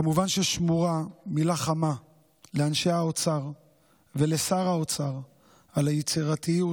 כמובן ששמורה מילה חמה לאנשי האוצר ולשר האוצר על היצירתיות,